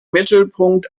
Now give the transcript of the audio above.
mittelpunkt